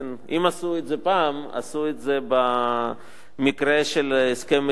אם עשו את זה פעם, עשו את זה במקרה של הסכם מדיני.